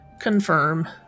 Confirm